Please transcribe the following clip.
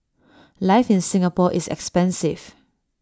life in Singapore is expensive